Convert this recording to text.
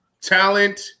talent